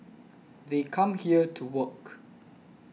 they come here to work